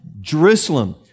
Jerusalem